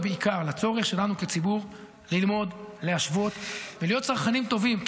ובעיקר לצורך שלנו כציבור ללמוד להשוות ולהיות צרכנים טובים.